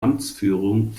amtsführung